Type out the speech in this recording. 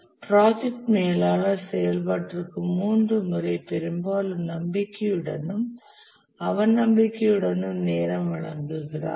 project மேலாளர் செயல்பாட்டிற்கு 3 முறை பெரும்பாலும் நம்பிக்கையுடனும் அவநம்பிக்கையுடனும் நேரம் வழங்குகிறார்